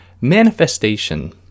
manifestation